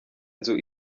inzu